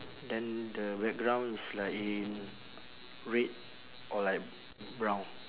then the background is like in red or like brown